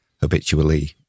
habitually